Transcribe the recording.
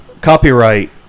copyright